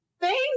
Thank